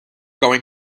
going